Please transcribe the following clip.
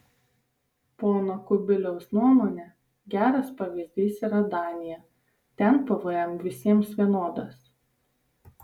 pono kubiliaus nuomone geras pavyzdys yra danija ten pvm visiems vienodas